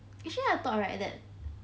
actually I thought right that